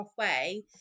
halfway